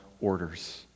orders